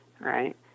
right